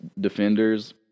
defenders –